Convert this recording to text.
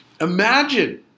imagine